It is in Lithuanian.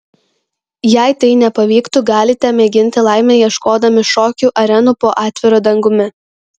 jei tai nepavyktų galite mėginti laimę ieškodami šokių arenų po atviru dangumi